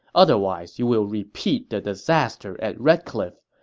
otherwise, you will repeat the disaster at red cliff.